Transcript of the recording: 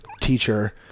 teacher